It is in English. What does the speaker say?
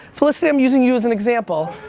felicity i'm using you as an example.